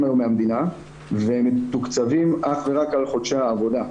מתוקצבים היום מהמדינה והם מתוקצבים אך ורק על חודשי העבודה,